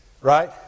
Right